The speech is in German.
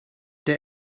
der